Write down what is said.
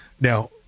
Now